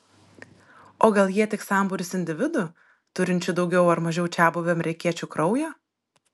o gal jie tik sambūris individų turinčių daugiau ar mažiau čiabuvių amerikiečių kraujo